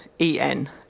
E-N